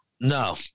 No